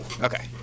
okay